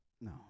No